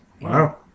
Wow